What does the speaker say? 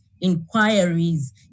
inquiries